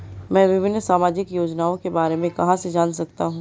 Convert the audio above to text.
मैं विभिन्न सामाजिक योजनाओं के बारे में कहां से जान सकता हूं?